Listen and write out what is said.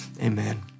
amen